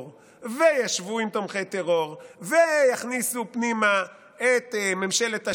וישבו עם תומכי טרור ויכניסו פנימה את ממשלת השינוי.